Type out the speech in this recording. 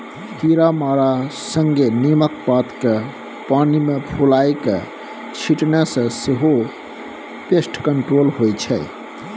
कीरामारा संगे नीमक पात केँ पानि मे फुलाए कए छीटने सँ सेहो पेस्ट कंट्रोल होइ छै